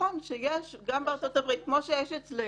נכון שיש גם בארצות-הברית, כמו שיש אצלנו,